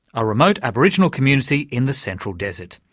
a remote aboriginal community in the central desert.